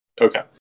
Okay